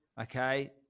okay